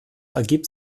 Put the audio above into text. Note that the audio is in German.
ergibt